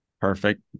Perfect